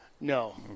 No